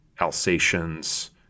Alsatians